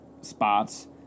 spots